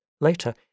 Later